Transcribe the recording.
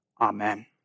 Amen